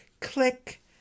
click